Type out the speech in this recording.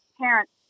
parents